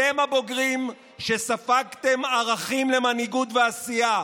אתם, הבוגרים, שספגתם ערכים למנהיגות ועשייה,